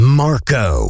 marco